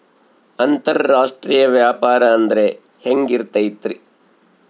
ಅಂತರಾಷ್ಟ್ರೇಯ ವ್ಯಾಪಾರ ಅಂದ್ರೆ ಹೆಂಗಿರ್ತೈತಿ?